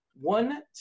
one